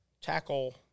tackle